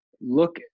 Look